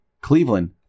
Cleveland